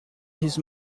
his